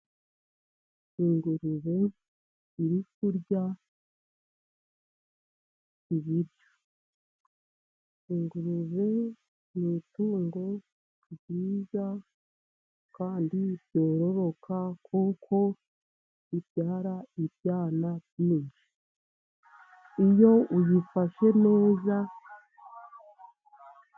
Ingurube iri kurya ibiryo. Ingurube ni itungo ryiza, kandi ryororoka kuko ibyara ibyana byinshi iyo uyifashe neza.